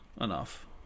enough